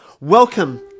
Welcome